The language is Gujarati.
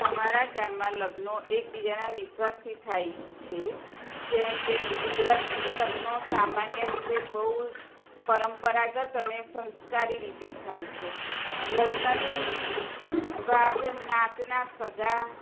અમારાં ગામમાં લગ્નો એકબીજાના વિશ્વાસથી થાય છે જેમકે ગુજરાતી લગ્નો સામાન્ય રીતે બહુ જ પરંપરાગત અને સંસ્કારી રીતે થાય છે લગ્નની વાત નાતના સગા